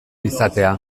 izatea